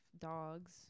dogs